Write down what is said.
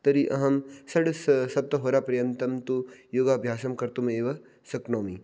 तर्हि अहं षड् स सप्तहोरापर्यन्तं तु योगाभ्यासं कर्तुमेव शक्नोमि